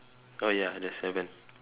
oh ya there's seven